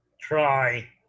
try